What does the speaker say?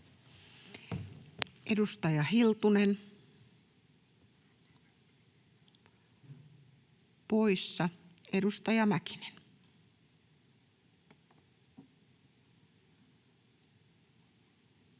Edustaja Hiltunen, poissa. — Edustaja Mäkinen.